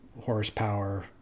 horsepower